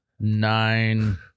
Nine